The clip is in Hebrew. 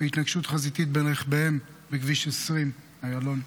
בהתנגשות חזיתית בין רכביהם בכביש 20 באיילון,